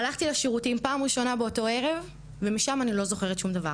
הלכתי לשירותים פעם ראשונה באותו ערב ומשם אני לא זוכרת שום דבר.